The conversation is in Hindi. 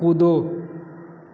कूदो